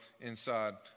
inside